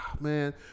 man